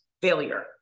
failure